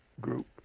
group